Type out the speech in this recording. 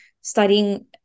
studying